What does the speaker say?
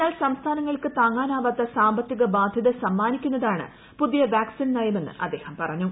എന്നാൽ സംസ്ഥാനങ്ങൾക്ക് താങ്ങാനാവാത്ത സാമ്പത്തിക ബാധ്യത സമ്മാനിക്കുന്നതാണ് പുതിയ വാക്സിൻ നയമെന്നും അദ്ദേഹം പറഞ്ഞു